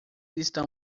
estão